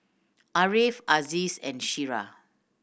Ariff Aziz and Syirah